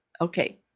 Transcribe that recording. Okay